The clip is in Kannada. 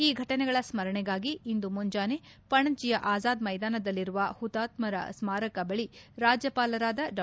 ಈ ಘಟನೆಗಳ ಸ್ಕರಣೆಗಾಗಿ ಇಂದು ಮುಂಜಾನೆ ಪಣಜಿಯ ಅಜಾದ್ ಮೈದಾನದಲ್ಲಿರುವ ಮತಾತ್ಮದ ಸ್ಮಾರಕ ಬಳಿ ರಾಜ್ಯಪಾಲರಾದ ಡಾ